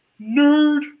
Nerd